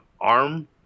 arm